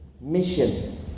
mission